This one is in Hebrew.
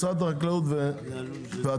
משרד החקלאות ואתם,